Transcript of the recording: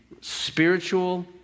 spiritual